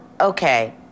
okay